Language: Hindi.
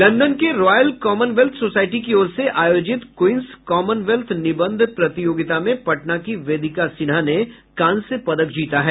लंदन के रॉयल कामनवेल्थ सोसाईटी की ओर से आयोजित क्वींस कामनवेल्थ निबंध प्रतियोगिता में पटना की वेदिका सिन्हा ने कांस्य पदक जीता है